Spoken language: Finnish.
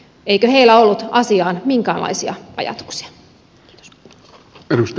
eikö heillä ollut asiasta minkäänlaisia ajatuksia